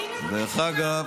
אני מבקשת גם.